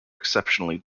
exceptionally